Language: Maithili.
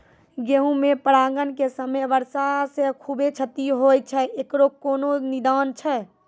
गेहूँ मे परागण के समय वर्षा से खुबे क्षति होय छैय इकरो कोनो निदान छै?